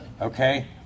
okay